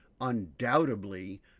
undoubtedly